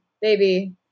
baby